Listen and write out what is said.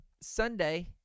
Sunday